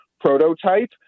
prototype